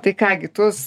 tai ką gi tus